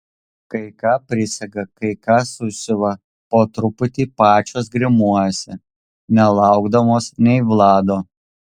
kai ką prisega kai ką susiuva po truputį pačios grimuojasi nelaukdamos nei vlado